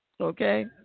Okay